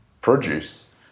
produce